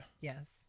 Yes